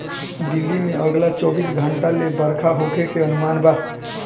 दिल्ली में अगला चौबीस घंटा ले बरखा होखे के अनुमान बा